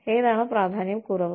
ഏതാണ് പ്രാധാന്യം കുറവ്